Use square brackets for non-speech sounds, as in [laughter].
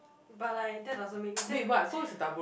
but like that doesn't make you that [breath]